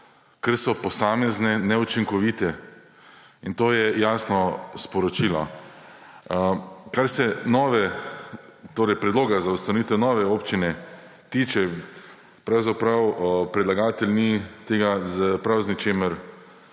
ker so posamezne neučinkovite; in to je jasno sporočilo. Kar se predloga za ustanovitev nove občine tiče, predlagatelj ni tega prav z ničemer